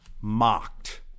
Mocked